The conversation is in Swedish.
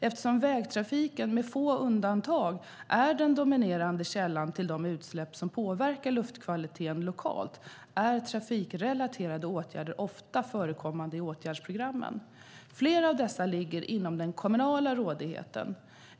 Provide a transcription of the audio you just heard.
Eftersom vägtrafiken med få undantag är den dominerande källan till de utsläpp som påverkar luftkvaliteten lokalt är trafikrelaterade åtgärder ofta förekommande i åtgärdsprogrammen. Flera av dessa ligger inom den kommunala rådigheten.